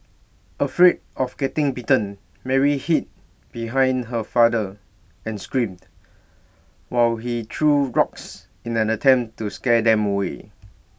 afraid of getting bitten Mary hid behind her father and screamed while he threw rocks in an attempt to scare them away